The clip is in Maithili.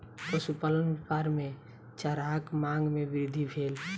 पशुपालन व्यापार मे चाराक मांग मे वृद्धि भेल